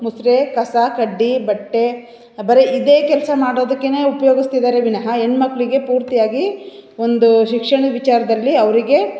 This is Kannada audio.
ಮುಸುರೆ ಕಸ ಕಡ್ಡಿ ಬಟ್ಟೆ ಬರೇ ಇದೇ ಕೆಲಸ ಮಾಡೋದಕ್ಕೇ ಉಪಯೋಗಿಸ್ತಿದಾರೆ ವಿನಹ ಹೆಣ್ಮಕ್ಳಿಗೆ ಪೂರ್ತಿಯಾಗಿ ಒಂದು ಶಿಕ್ಷಣದ ವಿಚಾರದಲ್ಲಿ ಅವರಿಗೆ